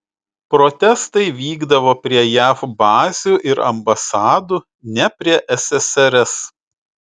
protestai vykdavo prie jav bazių ir ambasadų ne prie ssrs